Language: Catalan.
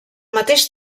mateix